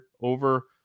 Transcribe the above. over